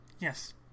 Yes